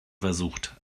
versucht